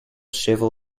civil